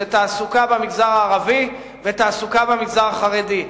זה תעסוקה במגזר הערבי ותעסוקה במגזר החרדי.